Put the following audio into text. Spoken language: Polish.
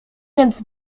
więc